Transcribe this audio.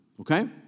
okay